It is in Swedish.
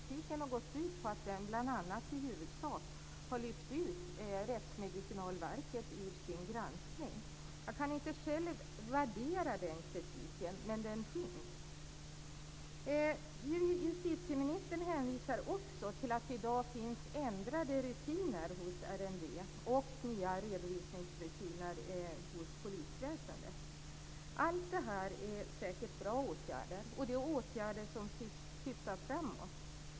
Kritiken har gått ut på att man bl.a. i huvudsak har lyft ut Rättsmedicinalverket ur sin granskning. Jag kan inte själv värdera den kritiken - men den finns. Justitieministern hänvisar också till att det i dag finns ändrade rutiner hos RMV och nya redovisningsrutiner hos polisväsendet. Allt detta är säkert bra åtgärder, och det är åtgärder som syftar framåt.